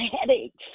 headaches